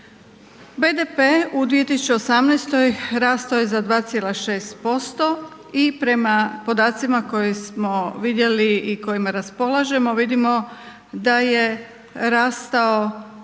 BDP u 2018. rastao je za 2,6% i prema podacima koje smo vidjeli i kojima raspolažemo vidimo da je rastao